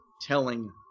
telling